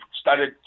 started